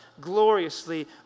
gloriously